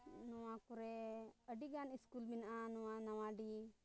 ᱱᱚᱣᱟ ᱠᱚᱨᱮᱫ ᱟᱹᱰᱤᱜᱟᱱ ᱥᱠᱩᱞ ᱢᱮᱱᱟᱜᱼᱟ ᱱᱚᱣᱟ ᱱᱟᱣᱟᱰᱤ